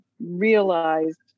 realized